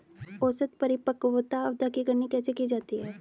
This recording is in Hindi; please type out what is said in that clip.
औसत परिपक्वता अवधि की गणना कैसे की जाती है?